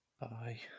Bye